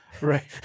Right